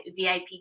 VIP